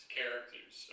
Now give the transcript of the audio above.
characters